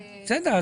בסדר.